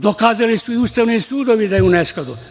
Dokazali su i ustavni sudovi da je u neskladu.